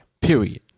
period